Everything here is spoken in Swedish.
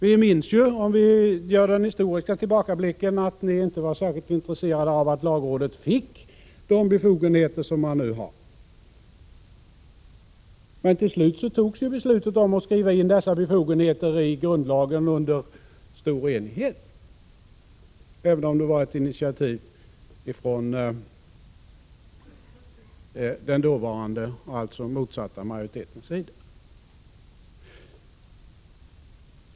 Vi minns ju, om vi gör en historisk tillbakablick, att ni inte var särskilt intresserade av att lagrådet fick sina nuvarande befogenheter. Till slut fattades ändå beslutet om att skriva in dessa befogenheter i grundlagen under stor enighet, även om det skedde på initiativ av den dåvarande borgerliga majoriteten.